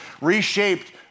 reshaped